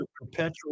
Perpetual